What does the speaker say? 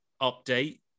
update